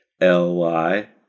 L-Y